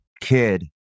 kid